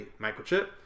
Microchip